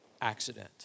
accident